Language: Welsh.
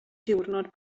diwrnod